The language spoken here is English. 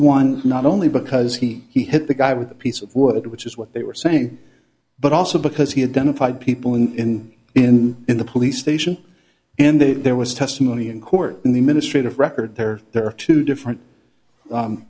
one not only because he he hit the guy with a piece of wood which is what they were saying but also because he had done a five people in in in the police station and that there was testimony in court in the ministry of record there there are two different